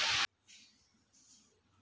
ಯಾವ್ದನ bank account ಕಂಡುಹಿಡಿಬೋದು